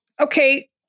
Okay